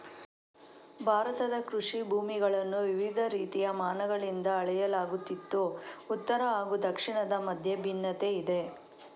ಭಾರತದ ಕೃಷಿ ಭೂಮಿಗಳನ್ನು ವಿವಿಧ ರೀತಿಯ ಮಾನಗಳಿಂದ ಅಳೆಯಲಾಗುತ್ತಿದ್ದು ಉತ್ತರ ಹಾಗೂ ದಕ್ಷಿಣದ ಮಧ್ಯೆ ಭಿನ್ನತೆಯಿದೆ